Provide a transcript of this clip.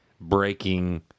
breaking